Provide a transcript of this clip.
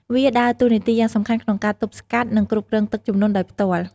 វាដើរតួនាទីយ៉ាងសំខាន់ក្នុងការទប់ស្កាត់ និងគ្រប់គ្រងទឹកជំនន់ដោយផ្ទាល់។